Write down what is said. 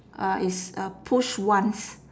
uh it's uh push once